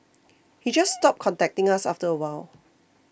he just stopped contacting us after a while